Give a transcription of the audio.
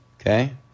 okay